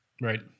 Right